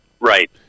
Right